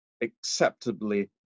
acceptably